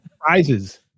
prizes